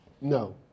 No